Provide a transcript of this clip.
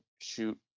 shoot